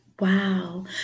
Wow